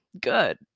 good